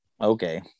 Okay